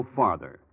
farther